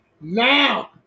Now